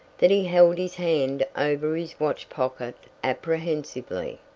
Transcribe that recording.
that he held his hand over his watch pocket apprehensively.